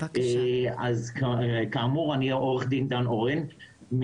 אז כאמור אני עו"ד דן אורן,